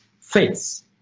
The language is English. face